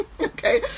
Okay